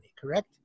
Correct